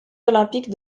olympiques